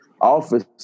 office